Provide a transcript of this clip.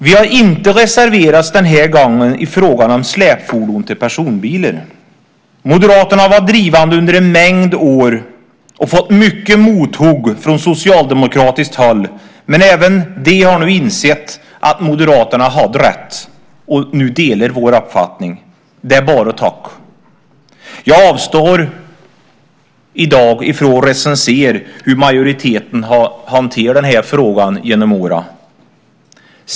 Vi har den här gången inte reserverat oss i frågan om släpfordon till personbilar. Moderaterna har varit drivande under en mängd år och fått mycket mothugg från socialdemokratiskt håll. Men även de har nu insett att Moderaterna hade rätt. Nu delar de vår uppfattning. Det är bara att tacka. Jag avstår i dag från att recensera hur majoriteten har hanterat den här frågan genom åren.